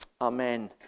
Amen